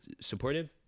supportive